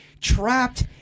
trapped